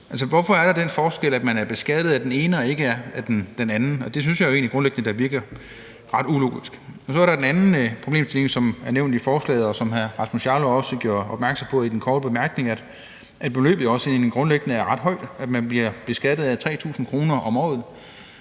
Hvorfor er der den forskel, at man er beskattet af den ene og ikke af den anden? Det synes jeg da egentlig grundlæggende virker ret ulogisk. Så er der den anden problemstilling, som er nævnt i forslaget, og som hr. Rasmus Jarlov også gjorde opmærksom på i sin korte bemærkning: at beløbet egentlig også grundlæggende er ret højt. Man bliver beskattet af 3.000 kr. om året,